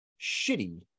Shitty